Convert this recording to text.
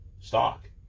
stock